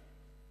שונה לחלוטין.